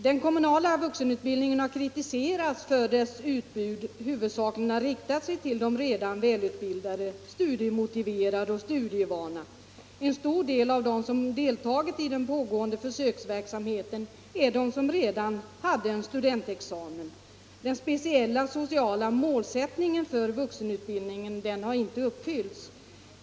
Den kommunala vuxenutbildningen har kritiserats för att dess utbud huvudsakligen har riktats till de redan välutbildade, studiemotiverade och studievana. En stor del av dem som deltagit i den pågående försöksverksamheten hade redan studentexamen. Den speciella sociala målsättningen för vuxenutbildningen har inte uppfyllts.